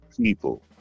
People